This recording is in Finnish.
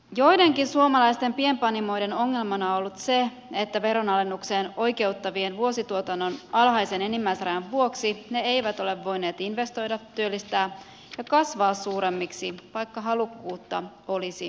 joidenkin suomalaisten pienpanimoiden ongelmana on ollut se että veronalennukseen oikeuttavan vuosituotannon alhaisen enimmäisrajan vuoksi ne eivät ole voineet investoida työllistää ja kasvaa suuremmiksi vaikka halukkuutta olisi ollutkin